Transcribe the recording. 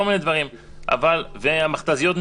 כל מיני דברים והמכתזיות נעלמו,